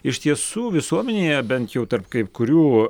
iš tiesų visuomenėje bent jau tarp kai kurių